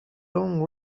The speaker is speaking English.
long